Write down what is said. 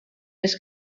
les